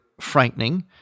frightening